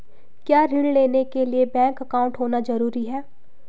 क्या ऋण लेने के लिए बैंक अकाउंट होना ज़रूरी है?